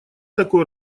такой